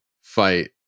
fight